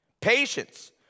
patience